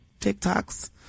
TikToks